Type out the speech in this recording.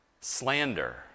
slander